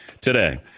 today